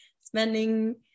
spending